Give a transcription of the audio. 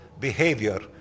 behavior